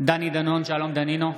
דני דנון, אינו נוכח שלום דנינו,